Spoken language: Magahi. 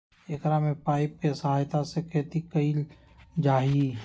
एकरा में पाइप के सहायता से खेती कइल जाहई